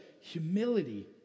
humility